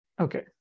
Okay